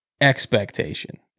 expectation